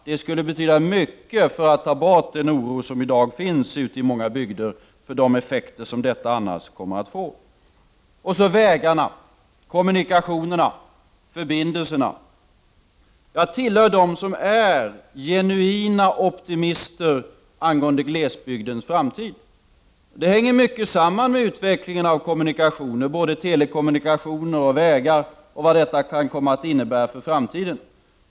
Det skulle betyda mycket för att ta bort den oro som i dag finns ute i många bygder för de effekter som detta annars kommer att få. Och så vägarna, kommunikationerna och förbindelserna. Jag tillhör dem som är genuina optimister angående glesbygdens framtid. Det hänger mycket samman med utvecklingen av kommunikationer, både telekommunikationer och vägar, och vad detta kan komma att innebära för framtiden.